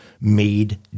made